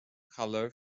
colour